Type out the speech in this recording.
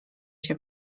się